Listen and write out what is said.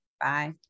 Bye